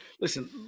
listen